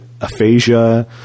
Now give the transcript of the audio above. aphasia